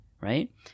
right